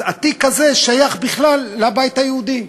אז התיק הזה שייך בכלל לבית היהודי.